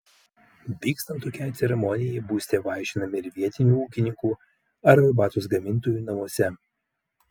vykstant tokiai ceremonijai būsite vaišinami ir vietinių ūkininkų ar arbatos gamintojų namuose